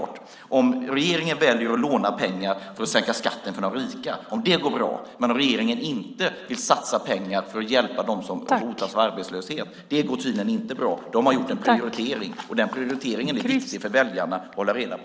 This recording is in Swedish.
Regeringen väljer att låna pengar för att sänka skatten för de rika men vill inte satsa pengar för att hjälpa dem som hotas av arbetslöshet. Då har man gjort en prioritering som är viktig för väljarna att hålla reda på.